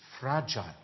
fragile